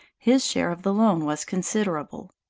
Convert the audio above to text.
his share of the loan was considerable.